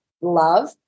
love